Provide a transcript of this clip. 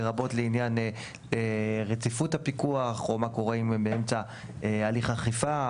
לרבות לעניין רציפות הפיקוח ,או מה קורה אם הם באמצע הליך אכיפה,